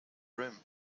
room